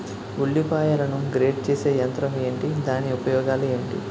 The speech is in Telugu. ఉల్లిపాయలను గ్రేడ్ చేసే యంత్రం ఏంటి? దాని ఉపయోగాలు ఏంటి?